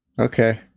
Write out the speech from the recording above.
okay